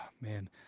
man